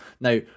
Now